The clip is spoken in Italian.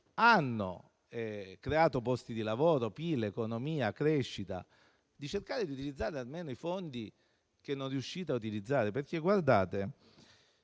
ha creato posti di lavoro, PIL, economia e crescita; cerchiamo di utilizzare almeno i fondi che non riuscite a utilizzare. Prima si diceva